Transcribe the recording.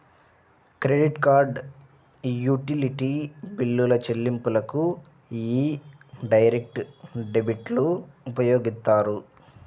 credit card, utility బిల్లుల చెల్లింపులకు యీ డైరెక్ట్ డెబిట్లు ఉపయోగిత్తారు